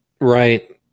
Right